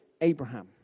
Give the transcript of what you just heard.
Abraham